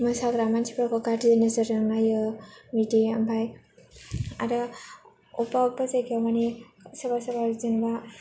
मोसाग्रा मानसिफोरखौ गाज्रि नोजोरजों नायो बिदि आमफाय आरो अब्बा अब्बा जायगायाव माने सोरबा सोरबा जेनेबा